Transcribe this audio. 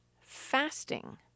fasting